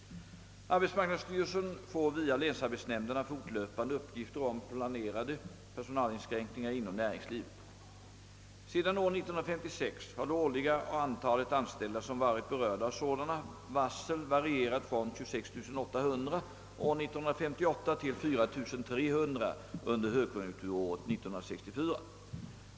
Arbetsmarknadsstyrelsen får via länsarbetsnämnderna fortlöpande uppgifter om planerade personalinskränkningar inom näringslivet. Sedan år 1956 har det årliga antalet anställda som varit berörda av sådana varsel varierat från 26 800 år 1958 till 4 300 under högkonjunkturåret 1964.